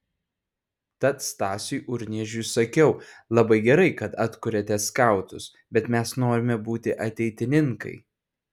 tad stasiui urniežiui sakiau labai gerai kad atkuriate skautus bet mes norime būti ateitininkai